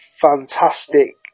fantastic